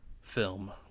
film